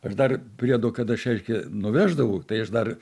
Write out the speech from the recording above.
aš dar priedo kad aš reiškia nuveždavau tai aš dar